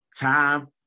time